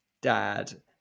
dad